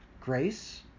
grace